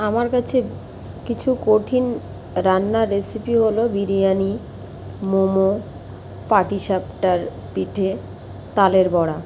আমার কাছে কিছু কঠিন রান্নার রেসিপি হলো বিরিয়ানি মোমো পাটিসাপটার পিঠে তালের বড়া